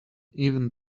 even